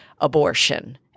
abortion